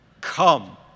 Come